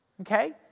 okay